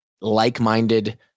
like-minded